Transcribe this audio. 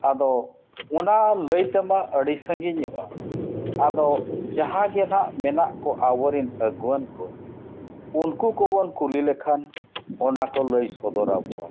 ᱟᱫᱚ ᱚᱱᱟ ᱞᱟᱹᱭᱛᱮᱢᱟ ᱟᱹᱰᱤ ᱥᱟᱺᱜᱤᱧᱚᱜᱼᱟ ᱟᱫᱚ ᱡᱟᱦᱟᱸ ᱜᱮ ᱱᱟᱦᱟᱜ ᱢᱮᱱᱟᱜ ᱠᱚ ᱟᱵᱚ ᱨᱮᱱ ᱟᱹᱜᱩᱣᱟᱹᱱ ᱠᱚ ᱩᱱᱠᱩ ᱠᱚᱵᱚᱱ ᱠᱩᱞᱤ ᱞᱮᱠᱷᱟᱱ ᱚᱱᱟ ᱠᱚ ᱞᱟᱹᱭ ᱥᱚᱫᱚᱨ ᱟᱵᱚᱣᱟ